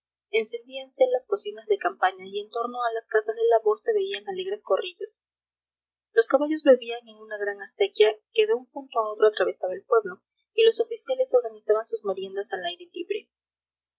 posible encendíanse las cocinas de campaña y en torno a las casas de labor se veían alegres corrillos los caballos bebían en una gran acequia que de un punto a otro atravesaba el pueblo y los oficiales organizaban sus meriendas al aire libre